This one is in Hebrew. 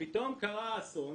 פתאום קרה האסון